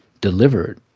delivered